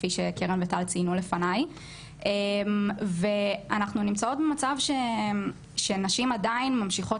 כפי שקרן וטל ציינו לפניי ואנחנו נמצאות במצב שנשים עדיין ממשיכות